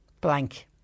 Blank